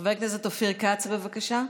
חבר הכנסת אופיר כץ, בבקשה.